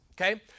okay